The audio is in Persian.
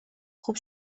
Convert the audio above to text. خوب